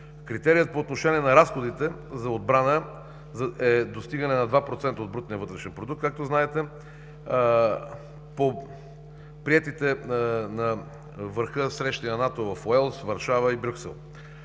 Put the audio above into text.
Критерият по отношение на разходите за отбрана е достигане на 2% от брутния вътрешен продукт, както знаете, по приетите на срещите на върха на НАТО в Уелс, Варшава и Брюксел.